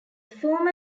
former